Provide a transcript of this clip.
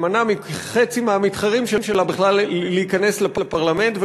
שמנע מחצי מהמתחרים שלה בכלל להיכנס לפרלמנט.